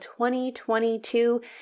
2022